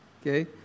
okay